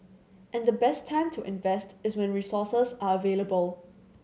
and the best time to invest is when resources are available